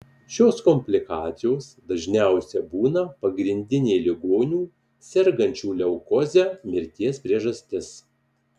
šios komplikacijos dažniausiai būna pagrindinė ligonių sergančių leukoze mirties priežastis